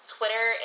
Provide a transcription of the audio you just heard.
Twitter